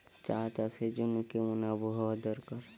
চা চাষের জন্য কেমন আবহাওয়া দরকার?